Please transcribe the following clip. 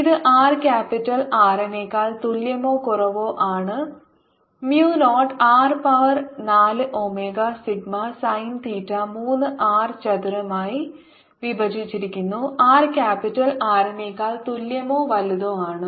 ഇത് r capital R നേക്കാൾ തുല്യമോ കുറവോ ആണ് mu naught R power 4 omega sigma sine theta 3 r ചതുരമായി വിഭജിച്ചിരിക്കുന്നു r ക്യാപിറ്റൽ R നേക്കാൾ തുല്യമോ വലുതോ ആണ്